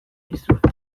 dizuet